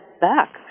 back